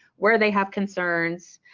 where they have concerns.